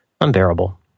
unbearable